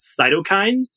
cytokines